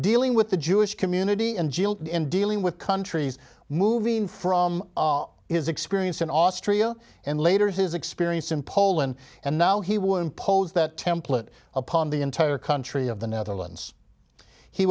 dealing with the jewish community and in dealing with countries moving from his experience in austria and later his experience in poland and now he would impose that template upon the entire country of the netherlands he